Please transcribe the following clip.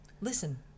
listen